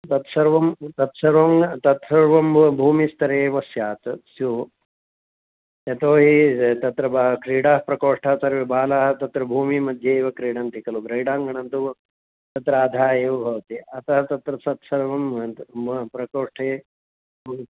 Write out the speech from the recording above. तत्सर्वं तत्सर्वं तत्सर्वं बु भूमिस्तरे एव स्यात् स्युः यतो हि तत्र बा क्रीडाः प्रकोष्ठाः सर्वे बालाः तत्र भूमिमध्ये एव क्रीडन्ति खलु क्रीडाङ्गणन्तु तत्र अधः एव भवति अतः तत्र तत्सर्वं म प्रकोष्ठे ह्म्